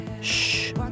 Shh